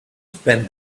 spend